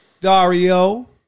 Dario